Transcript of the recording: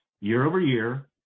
year-over-year